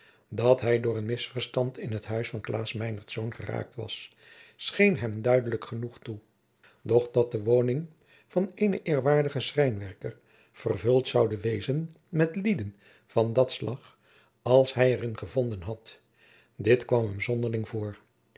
dat hij door een misverstand in het huis van klaas meinertz geraakt was scheen hem duidelijk genoeg toe doch dat de woning van eenen eerwaardigen schrijnwerker vervuld zoude wezen met lieden van dat slach als hij er in gevonden had dit kwam hem zonderling voor